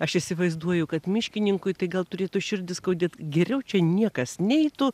aš įsivaizduoju kad miškininkui tai gal turėtų širdį skaudėt geriau čia niekas neitų